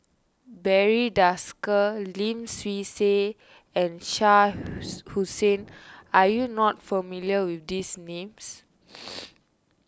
Barry Desker Lim Swee Say and Shah Hussain are you not familiar with these names